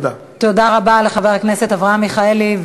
תודה רבה לחבר הכנסת אברהם מיכאלי.